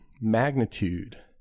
magnitude